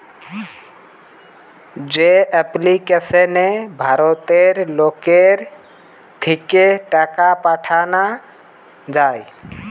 যে এপ্লিকেশনে ভারতের লোকের থিকে টাকা পাঠানা যায়